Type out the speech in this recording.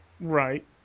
right